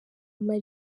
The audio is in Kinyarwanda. ama